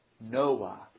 Noah